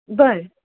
बरं